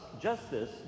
justice